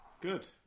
good